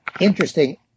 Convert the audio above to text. interesting